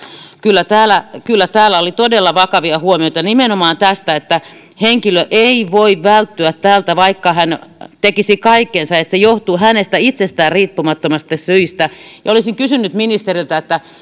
kyllä täällä kyllä täällä oli todella vakavia huomioita nimenomaan tästä että henkilö ei voi välttyä tältä vaikka hän tekisi kaikkensa kun se johtuu hänestä itsestään riippumattomista syistä olisin kysynyt ministeriltä